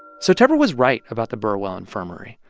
so tepper was right about the burwell infirmary.